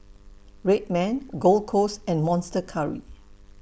Red Man Gold Roast and Monster Curry